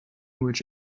which